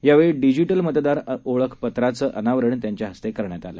यावेळीडिजिटलमतदारओळखपत्राचंअनावरणत्यांच्याहस्तेकरण्यातआलं